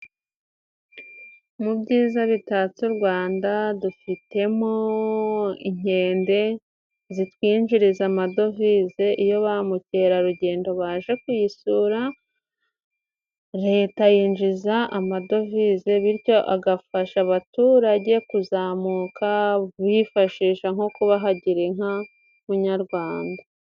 Mu byiza bitatse u Rwanda dufitemo inkende zitwinjiriza amadovize. Iyo ba mukerarugendo baje kuyisura Leta yinjiza amadovize, bityo agafasha abaturage kuzamuka wifashisha nko kubaha girarinka munyarwanda.